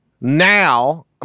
Now